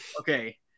Okay